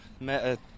met